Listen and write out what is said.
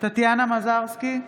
טטיאנה מזרסקי,